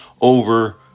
over